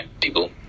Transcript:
people